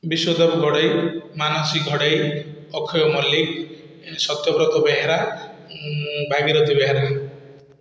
Biswadeb Ghadei Manasi Ghadei Akshay Mallick Satyabrata Behera Bhagirathi Behera